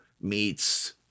meets